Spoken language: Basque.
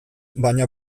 baina